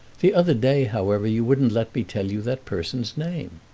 the other day, however, you wouldn't let me tell you that person's name.